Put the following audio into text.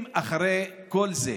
אם אחרי כל זה,